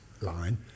line